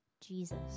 Jesus